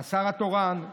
השר התורן,